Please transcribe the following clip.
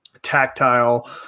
tactile